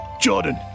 Jordan